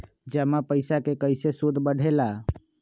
जमा पईसा के कइसे सूद बढे ला?